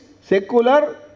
secular